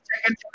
second